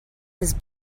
his